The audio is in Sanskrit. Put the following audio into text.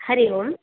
हरि ओम्